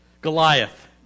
Goliath